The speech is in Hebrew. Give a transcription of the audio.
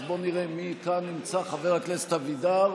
אז בואו נראה מי כאן נמצא: חבר הכנסת אבידר,